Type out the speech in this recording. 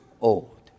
old